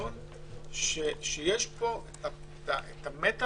בחשבון שיש פה את המתח